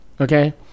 okay